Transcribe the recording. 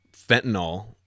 fentanyl